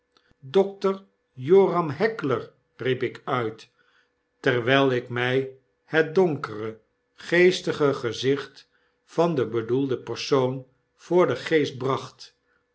dr joram heckler riep ik uit terwijlik mij het donkere geestige gezicht van den bedoelden persoon voor den geest bracht